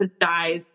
dies